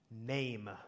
name